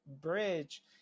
bridge